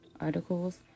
articles